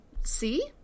see